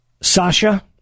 Sasha